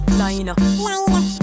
liner